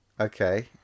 Okay